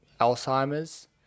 Alzheimer's